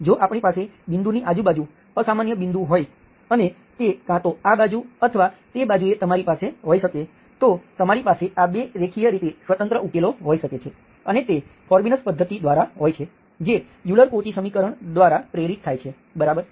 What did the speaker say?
જો આપણી પાસે બિંદુની આજુબાજુ અસામાન્ય બિંદુ હોય અને તે કાં તો આ બાજુ અથવા તે બાજુંએ તમારી પાસે હોઈ શકે તો તમારી પાસે આ 2 રેખીય રીતે સ્વતંત્ર ઉકેલો હોઈ શકે છે અને તે ફોર્બિનસ પદ્ધતિ દ્વારા હોય છે જે યુલર કૌચી સમીકરણ દ્વારા પ્રેરિત થાય છે બરાબર